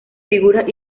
figuras